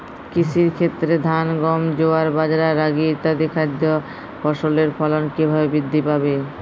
কৃষির ক্ষেত্রে ধান গম জোয়ার বাজরা রাগি ইত্যাদি খাদ্য ফসলের ফলন কীভাবে বৃদ্ধি পাবে?